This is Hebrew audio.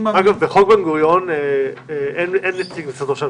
בחוק בן גוריון אין נציג משרד ראש הממשלה,